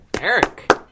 Eric